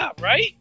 right